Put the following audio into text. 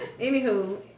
Anywho